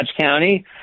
County